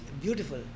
beautiful